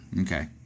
Okay